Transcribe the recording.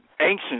ancient